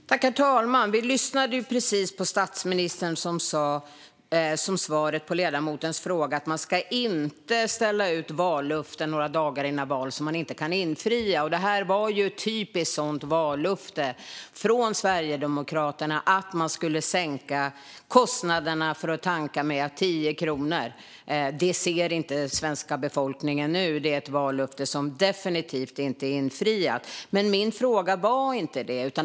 Herr talman! Som svar på ledamotens fråga: Vi lyssnade precis på statsministern, som sa att man inte ska ställa ut vallöften några dagar före val som man inte kan infria. Att man skulle sänka kostnaden för att tanka med 10 kronor litern var ett typiskt sådant vallöfte från Sverigedemokraterna. Den sänkningen ser inte svenska befolkningen nu. Det är ett vallöfte som definitivt inte är infriat. Det var dock inte min fråga.